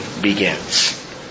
begins